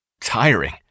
tiring